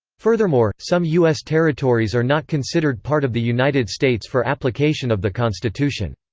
furthermore, some u s. territories are not considered part of the united states for application of the constitution.